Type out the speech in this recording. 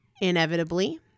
Inevitably